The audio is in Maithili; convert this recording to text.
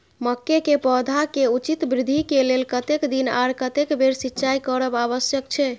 मके के पौधा के उचित वृद्धि के लेल कतेक दिन आर कतेक बेर सिंचाई करब आवश्यक छे?